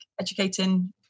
educating